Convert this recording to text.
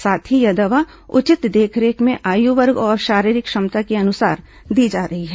साथ ही यह दवा उचित देखरेख में आयु वर्ग और शारीरिक क्षमता के अनुसार दी जा रही है